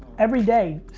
every day,